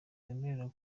wemerewe